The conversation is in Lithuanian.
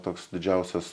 toks didžiausias